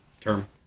Term